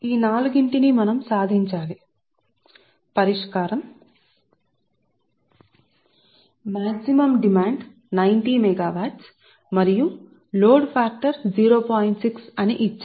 ఈ నాలుగు విషయాలు మనం రోజువారీ పవర్ శక్తి ని ఉత్పత్తి చేసుకో వాలి తరువాత ప్లాంట్ కెపాసిటీ వ్యవస్థాపించాలి తరువాత ప్లాంట్ రిజర్వు కెపాసిటీ మరియు ప్లాంట్ రిజర్వు కెపాసిటీ D